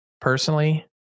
personally